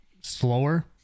slower